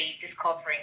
discovering